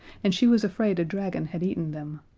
and she was afraid a dragon had eaten them.